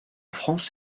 france